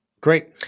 Great